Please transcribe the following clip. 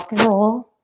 roll